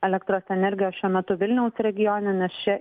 elektros energijos šiuo metu vilniaus regione nes čia